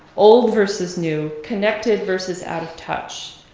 old versus new, connected versus out of touch,